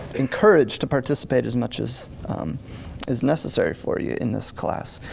encourage to participate as much as as necessary for you in this class.